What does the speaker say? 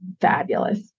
fabulous